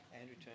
Andrew